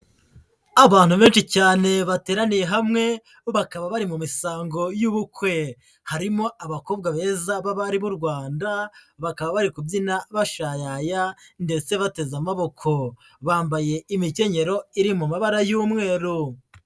Abantu benshi cyane bateraniye hamwe bo bakaba bari mu misango y'ubukwe, harimo abakobwa beza b'abari b'u Rwanda bakaba bari kubyina bashayaya ndetse bateze amaboko, bambaye imikenyero iri mu mabara y'umweru.